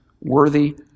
worthy